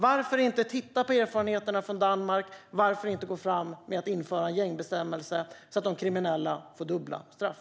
Varför inte titta på erfarenheterna från Danmark? Varför inte gå fram och införa en gängbestämmelse så att de kriminella får dubbla straff?